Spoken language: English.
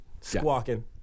squawking